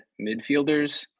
midfielders